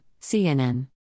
CNN